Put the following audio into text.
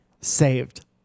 saved